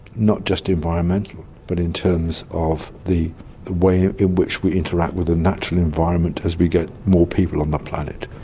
not just environmental but in terms of the the way in which we interact with the natural environment as we get more people on the planet,